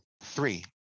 three